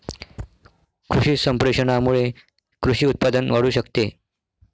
कृषी संप्रेषणामुळे कृषी उत्पादन वाढू शकते